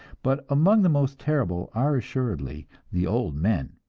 but among the most terrible are assuredly the old men.